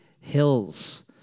Hills